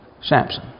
Samson